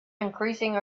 increasing